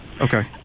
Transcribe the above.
Okay